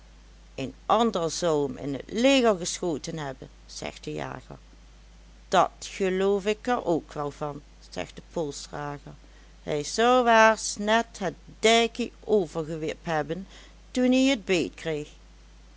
een ander zou em in het leger geschoten hebben zegt de jager dat loof ik er ook wel van zegt de polsdrager hij zou aars net het dijkie overëwipt hebben toen ie t